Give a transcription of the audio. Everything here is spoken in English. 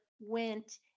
went